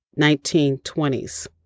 1920s